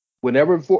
Whenever